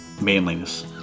manliness